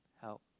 Help